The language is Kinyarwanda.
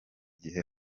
gihe